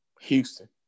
Houston